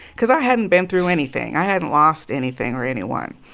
because i hadn't been through anything. i hadn't lost anything or anyone.